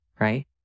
right